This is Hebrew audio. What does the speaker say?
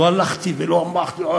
לא הלכתי ואמרתי,